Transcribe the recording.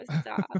stop